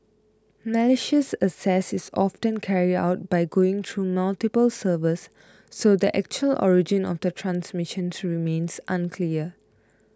malicious access is often carried out by going through multiple servers so the actual origin of the transmission remains unclear